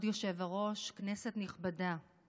כבוד היושב-ראש, כנסת נכבדה,